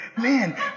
man